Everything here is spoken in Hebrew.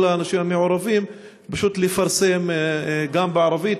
האנשים המעורבים פשוט לפרסם גם בערבית.